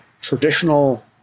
traditional